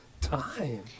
time